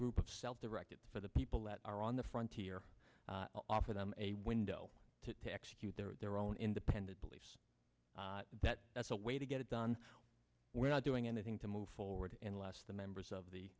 group of self directed for the people that are on the front tier offer them a window to execute their own independent beliefs that that's a way to get it done we're not doing anything to move forward and less the members of the